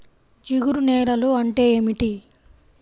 జిగురు నేలలు అంటే ఏమిటీ?